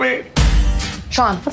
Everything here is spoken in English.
Sean